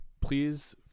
Please